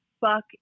fuck